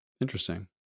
Interesting